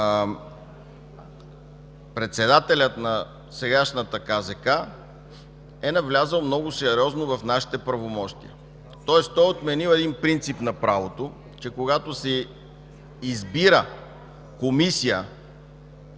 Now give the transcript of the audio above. председателят на сегашната КЗК е навлязъл много сериозно в нашите правомощия. Тоест той е отменил един принцип на правото, че когато се избира комисия